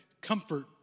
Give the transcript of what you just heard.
comfort